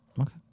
Okay